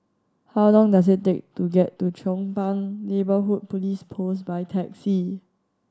how long does it take to get to Chong Pang Neighbourhood Police Post by taxi